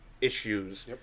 issues